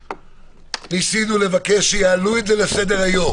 ניסינו לבקש שיעלו את זה לסדר-היום.